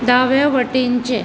दावे वटेनचें